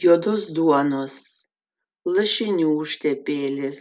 juodos duonos lašinių užtepėlės